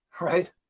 right